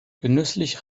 genüsslich